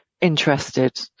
interested